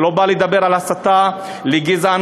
ולא בא לדבר על הסתה לגזענות.